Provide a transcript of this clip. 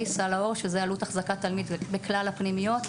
סל האור שזה עלות החזקת תלמיד בכלל הפנימיות,